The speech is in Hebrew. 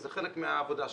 זה חלק מהעבודה שלך.